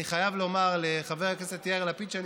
אני חייב לומר לחבר הכנסת יאיר לפיד שאני